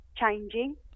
changing